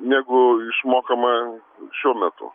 negu išmokama šiuo metu